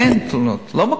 אין תלונות, אני לא מקבל.